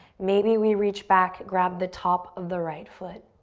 maybe we reach back, grab the top of the right foot.